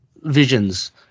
visions